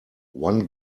one